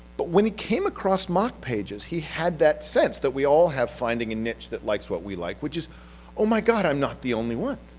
but when he came across moc pages he had that sense that we all have finding a niche that likes what we like which is oh my god, i'm not the only one!